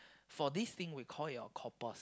for this thing we call it a corpus